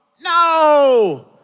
No